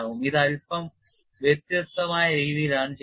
ഇത് അല്പം വ്യത്യസ്തമായ രീതിയിലാണ് ചെയ്യുന്നത്